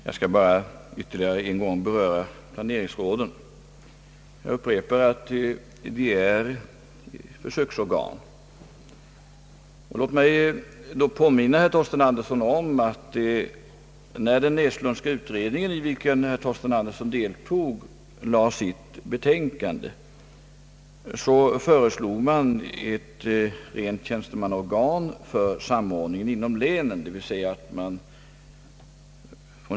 Herr talman! Jag skall bara ytterligare en gång beröra frågan om planeringsråden. Jag upprepar att de är försöksorgan. Låt mig då påminna herr Torsten Andersson om att när den näslundska utredningen, i vilken herr Torsten Andersson deltog, lade fram sitt betänkande, föreslog den ett rent tjänstemannaorgan för samordningen inom länen.